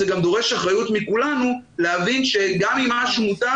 זה גם דורש אחריות מכולנו להבין שגם אם משהו מותר